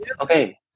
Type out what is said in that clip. Okay